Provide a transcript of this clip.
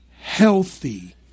healthy